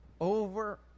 over